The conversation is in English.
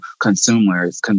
consumers